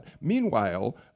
Meanwhile